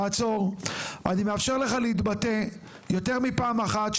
אני מאפשר לך להתבטא יותר מפעם אחת.